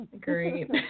Great